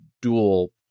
dual